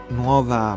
nuova